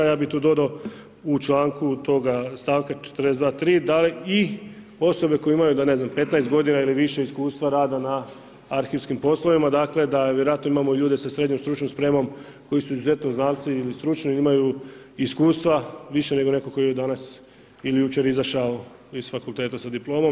Ja bih tu dodao u članku toga stavka 42.3. da li „i osobe koje imaju 15 godina ili više iskustva rada na arhivskim poslovima“, dakle vjerojatno imamo ljude sa srednjom stručnom spremom koji su izuzetno znalci ili stručni jer imaju iskustva više nego netko tko je danas ili jučer izašao iz fakulteta sa diplomom.